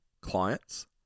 clients